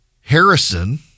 Harrison